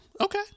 Okay